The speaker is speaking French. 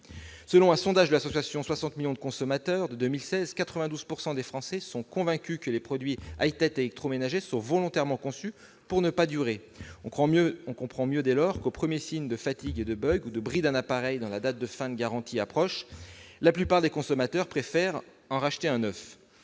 en 2016 par l'association 60 millions de consommateurs, 92 % des Français sont convaincus que les produits high-tech et électroménagers sont volontairement conçus pour ne pas durer. Dès lors, on comprend mieux que, aux premiers signes de fatigue et de bogue d'un appareil, quand la date de fin de garantie approche, la plupart des consommateurs préfèrent en racheter un neuf.